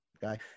guy